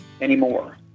anymore